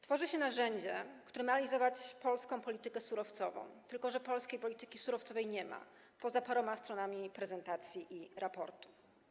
Tworzy się narzędzie, które ma realizować polską politykę surowcową, tylko że polskiej polityki surowcowej nie ma, poza paroma stronami prezentacji i raportu.